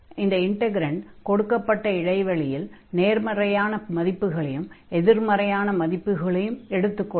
இந்த இன்டக்ரன்ட் கொடுக்கப்பட்ட இடைவெளியில் நேர்மறையான மதிப்புகளையும் எதிர்மறையான மதிப்புகளையும் எடுத்துக் கொள்ளும்